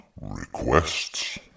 Requests